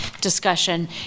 discussion